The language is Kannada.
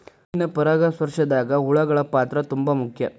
ಹಣ್ಣಿನ ಪರಾಗಸ್ಪರ್ಶದಾಗ ಹುಳಗಳ ಪಾತ್ರ ತುಂಬಾ ಮುಖ್ಯ